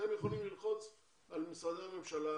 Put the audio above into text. אתם יכולים ללחוץ על משרדי הממשלה,